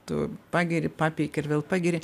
tu pagiri papeiki ir vėl pagiri